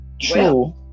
true